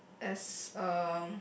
as um